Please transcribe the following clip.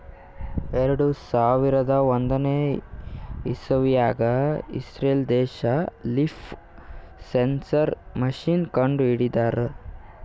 ಎರಡು ಸಾವಿರದ್ ಒಂದನೇ ಇಸವ್ಯಾಗ್ ಇಸ್ರೇಲ್ ದೇಶ್ ಲೀಫ್ ಸೆನ್ಸರ್ ಮಷೀನ್ ಕಂಡು ಹಿಡದ್ರ